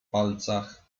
palcach